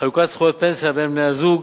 חלוקת זכויות פנסיה בין בני-זוג,